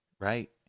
Right